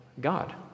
God